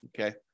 Okay